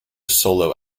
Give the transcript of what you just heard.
solo